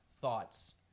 thoughts